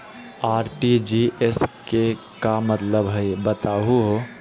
RTGS के का मतलब हई, बताहु हो?